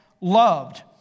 loved